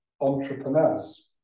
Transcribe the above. entrepreneurs